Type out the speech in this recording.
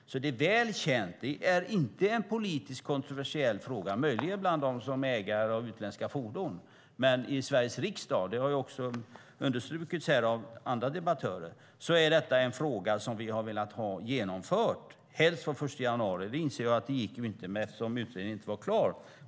Detta är väl känt, och det är inte en politiskt kontroversiell fråga utom möjligen bland dem som är ägare av utländska fordon. I Sveriges riksdag är detta en fråga som vi har velat ha genomförd helst från den 1 januari; det har också understrukits av andra debattörer. Vi inser att detta inte gick eftersom utredningen inte var klar.